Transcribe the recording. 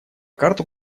карту